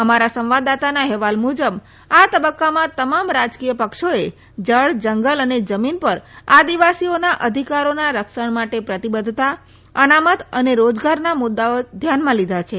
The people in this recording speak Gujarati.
અમારા સંવાદદાતના અહેવાલ મુજબ આ તબક્કામાં તમાત રાજકીય પક્ષોએ જળજંગલ અને જમીન પર આદીવાસીઓના અધીકારોની રક્ષણ માટે પ્રતિબધ્ધતા અનામત અને રોજગારના મુદ્દાઓ ધ્યાનમાં લીધા છે